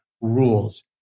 rules